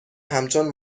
همچون